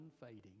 unfading